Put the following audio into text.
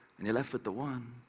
and you're left with the one.